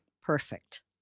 Perfect